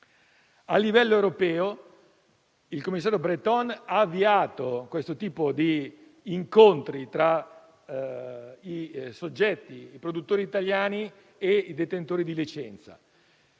A livello europeo, il commissario Breton ha avviato questo tipo di incontri tra i produttori italiani e i detentori di licenza.